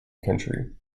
country